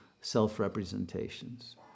self-representations